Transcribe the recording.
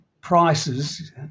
prices